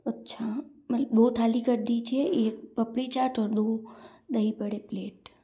अच्छा मैं वो थाली कर दीजिए एक पपड़ी चाट कर दो दही बड़े प्लेट